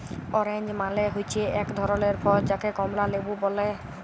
orange মালে হচ্যে এক ধরলের ফল যাকে কমলা লেবু ব্যলে